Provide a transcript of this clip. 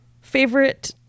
favorite